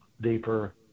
deeper